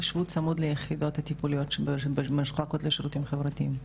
יישבו צמוד ליחידות הטיפוליות שמחולקות לשירותים חברתיים.